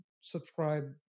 subscribe